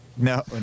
No